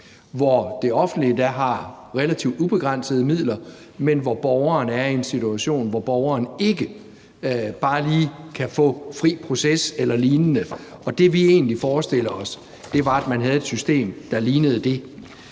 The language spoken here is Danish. hvor det offentlige der har relativt ubegrænsede midler, men hvor borgeren er i en situation, hvor borgeren ikke bare lige kan få fri proces eller lignende, og det, vi egentlig forestiller os, er, at man har et system, der ligner det.